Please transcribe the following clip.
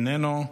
איננו.